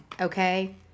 okay